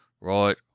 Right